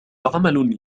عمل